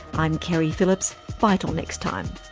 i'm keri phillips. bye till next time